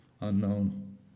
unknown